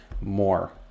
more